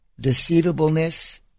deceivableness